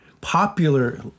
popular